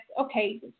okay